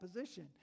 position